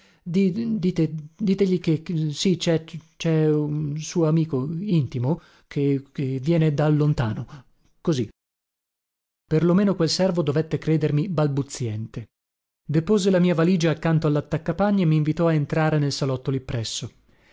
ditegli che sì cè cè un suo amico intimo che che viene da lontano così per lo meno quel servo dovette credermi balbuziente depose la mia valigia accanto allattaccapanni e minvitò a entrare nel salotto lì presso